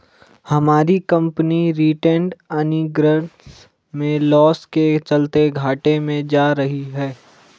हमारी company retained earnings में loss के चलते घाटे में जा रही है